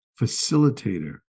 facilitator